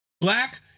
Black